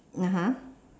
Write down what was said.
(uh huh)